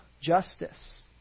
justice